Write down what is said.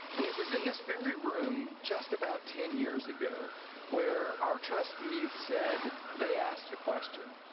and it was in this very room just about ten years ago where our trustees said they asked a question.